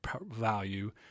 value